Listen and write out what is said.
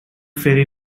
fairy